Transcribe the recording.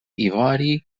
ivori